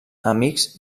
amics